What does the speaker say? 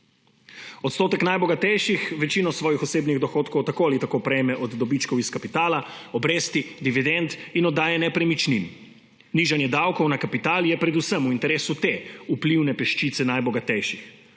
Odstotek najbogatejših večino svojih osebnih dohodkov tako ali tako prejme od dobičkov iz kapitala, obresti, dividend in oddaje nepremičnin. Nižanje davkov na kapital je predvsem v interesu te vplivne peščice najbogatejših.